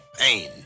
Pain